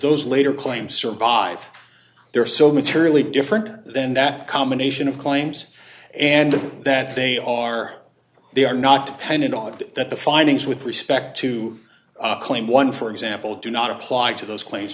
those later claims survive there are so materially different then that combination of claims and that they are they are not dependent on that the findings with respect to claim one for example do not apply to those cla